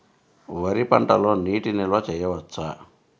వరి పంటలో నీటి నిల్వ చేయవచ్చా?